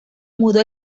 mudó